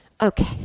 Okay